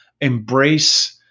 embrace